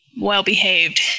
well-behaved